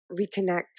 reconnect